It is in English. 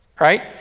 Right